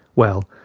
well,